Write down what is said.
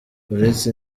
uretse